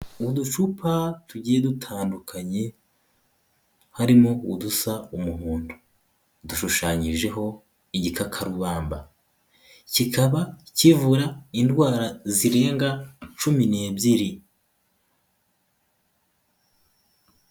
Uducupa tugiye dutandukanye, harimo udusa umuhondo, dushushanyijeho igikakarubamba, kikaba kivura indwara zirenga cumi n'ebyiri.